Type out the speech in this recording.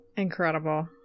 incredible